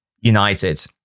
United